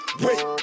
wait